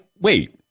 wait